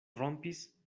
rompis